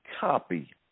copy